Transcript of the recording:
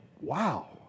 Wow